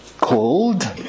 cold